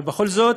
אבל בכל זאת,